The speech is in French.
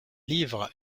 livre